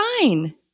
fine